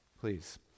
Please